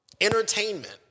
entertainment